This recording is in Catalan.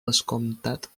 vescomtat